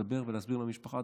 לדבר ולהסביר למשפחה.